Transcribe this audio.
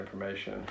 information